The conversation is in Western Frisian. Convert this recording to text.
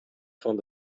fan